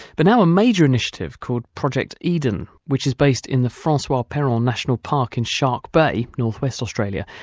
but now a major initiative called project eden which is based in the francois peron national park in shark bay, north-west australia,